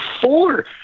four